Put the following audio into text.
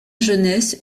jeunesse